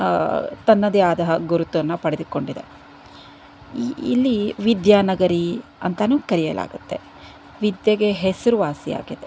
ತನ್ನದೇ ಆದ ಗುರುತನ್ನು ಪಡೆದುಕೊಂಡಿದೆ ಈ ಇಲ್ಲಿ ವಿದ್ಯಾನಗರಿ ಅಂತನೂ ಕರೆಯಲಾಗತ್ತೆ ವಿದ್ಯೆಗೆ ಹೆಸರುವಾಸಿ ಆಗಿದೆ